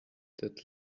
that